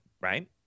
right